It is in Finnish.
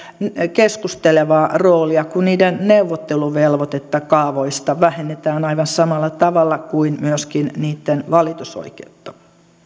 keskustelevaa roolia kun niiden neuvotteluvelvoitetta kaavoista vähennetään aivan samalla tavalla kuin myöskin niitten valitusoikeutta